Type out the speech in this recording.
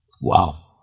Wow